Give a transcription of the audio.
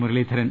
Muraleedharan